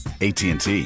ATT